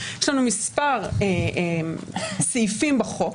יש לנו מספר סעיפים בחוק,